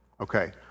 okay